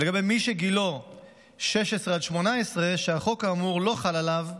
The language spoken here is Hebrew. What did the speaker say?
לגבי מי שגילו 16 עד 18 שהחוק האמור לא חל עליו,